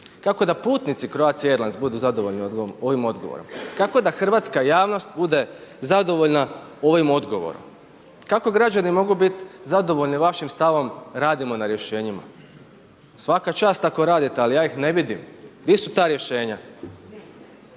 Kako da putnici Croatie Airlines budu zadovoljni ovim odgovorom? Kako da hrvatska javnost bude zadovoljna ovim odgovorom? Kako građani mogu biti zadovoljni vašim stavom radimo na rješenjima? Svaka čast ako radite, ali ja ih ne vidim. Di su ta rješenja?